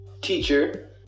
teacher